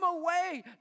away